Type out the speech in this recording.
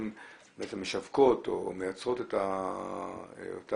שמשווקות או מייצרות את אותם